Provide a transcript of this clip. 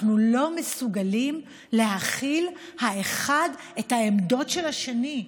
אנחנו לא מסוגלים להכיל האחד את העמדות של השני.